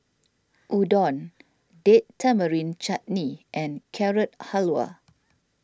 Udon Date Tamarind Chutney and Carrot Halwa